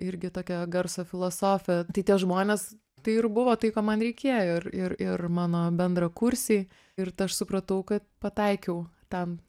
irgi tokia garso filosofė tai tie žmonės tai ir buvo tai ko man reikėjo ir ir ir mano bendrakursiai ir tą aš supratau kad pataikiau tam